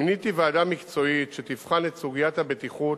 מיניתי ועדה מקצועית שתבחן את סוגיית הבטיחות